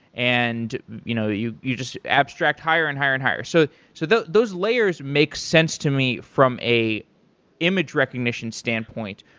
and you know you you just abstract higher and higher and higher. so so those those layers make sense to me from an image recognition standpoint.